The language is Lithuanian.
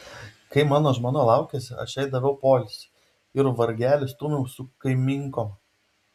kai mano žmona laukėsi aš jai daviau poilsį ir vargelį stūmiau su kaimynkom